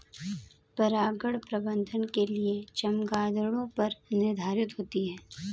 परागण प्रबंधन के लिए चमगादड़ों पर निर्भर होते है